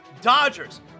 Dodgers